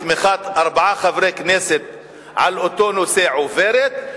בתמיכת ארבעה חברי הכנסת על אותו נושא עוברת,